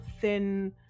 thin